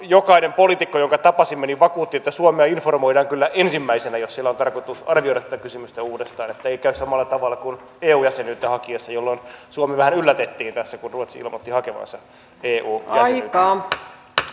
jokainen poliitikko jonka tapasimme vakuutti että suomea informoidaan kyllä ensimmäisenä jos siellä on tarkoitus arvioida tätä kysymystä uudestaan että ei käy samalla tavalla kuin eu jäsenyyttä hakiessa jolloin suomi vähän yllätettiin tässä kun ruotsi ilmoitti hakevansa eu jäsenyyttä